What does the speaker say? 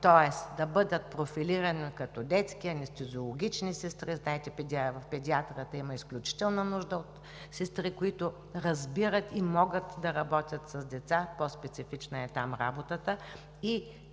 тоест да бъдат профилирани като детски, анестезиологични сестри? Знаете, че в педиатрията имат изключителна нужда от сестри, които разбират и могат да работят с деца. Работата